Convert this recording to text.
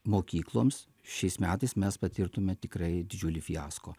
mokykloms šiais metais mes patirtume tikrai didžiulį fiasko